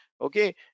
Okay